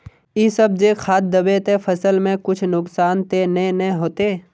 इ सब जे खाद दबे ते फसल में कुछ नुकसान ते नय ने होते